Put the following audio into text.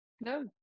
No